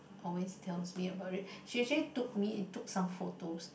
always tells me about it she actually took me took some photos